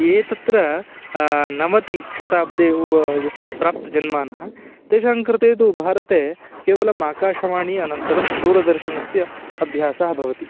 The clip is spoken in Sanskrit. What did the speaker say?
ये तत्र नवतिशताब्दौ उत प्राप्तजन्मानः तेषां कृते तु भारते केवलमाकाशवाणी अनन्तरं दूरदर्शनस्य अभ्यासः भवति